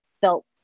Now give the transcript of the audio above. felt